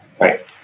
Right